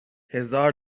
هزار